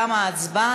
תמה ההצבעה.